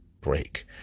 break